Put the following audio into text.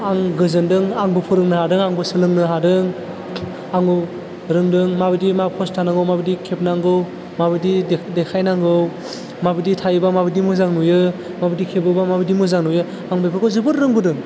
आं गोजोनदों आंबो फोरोंनो हादों आंबो सोलोंनो हादों आंबो रोंदों माबादि मा पज थानांगौ माबादि खेबनांगौ माबादि देख देखायनांगौ माबादि थायोबा माबादि मोजां नुयो माबादि खेबोबा माबादि मोजां नुयो आं बेफोरखौ जोबोर रोंबोदों